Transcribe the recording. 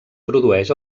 produeix